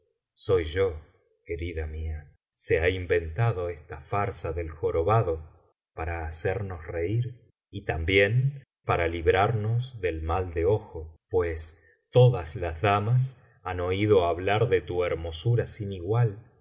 soy yo querida mía se ha inventado esta farsa del jorobado para hacernos reir y también para librarnos del mal de ojo pues todas las damas han oído hablar de tu hermosura sin igual